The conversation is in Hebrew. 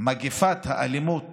מגפת האלימות